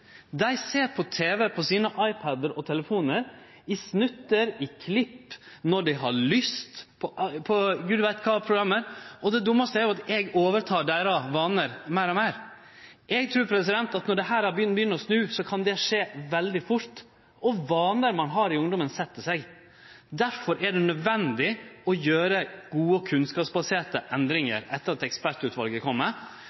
Dei ser på tv på sine iPad-ar og telefonar, i snuttar, i klipp, når dei har lyst, på gud veit kva program, og det dummaste er jo at eg overtek deira vanar meir og meir. Eg trur at når dette begynner å snu, kan det skje veldig fort, og vanar ein har i ungdomen, sett seg. Difor er det nødvendig å gjere gode og kunnskapsbaserte